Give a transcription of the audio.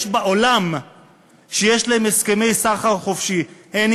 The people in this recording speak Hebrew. יש בעולם שיש להן הסכמי סחר חופשי הן